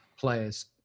players